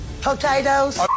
Potatoes